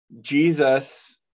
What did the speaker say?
Jesus